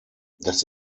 das